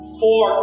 four